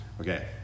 Okay